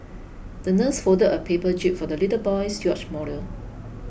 the nurse folded a paper jib for the little boy's yacht model